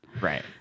Right